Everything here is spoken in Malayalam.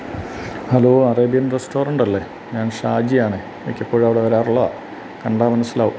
ഹലോ അറേബ്യൻ റെസ്റ്റൊറൻ്റല്ലെ ഞാൻ ഷാജിയാണെ മിക്കപ്പൊഴും അവിടെ വരാറുള്ളതാ കണ്ടാല് മനസ്സിലാവും